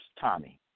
Tommy